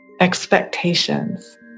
expectations